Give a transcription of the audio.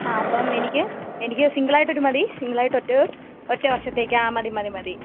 ആ അപ്പം എനിക്ക് എനിക്ക് സിംഗിളായിട്ട് ഒരു മതി സിംഗിളായിട്ടൊറ്റ ഒറ്റ വർഷത്തേക്ക് ആ മതി മതി മതി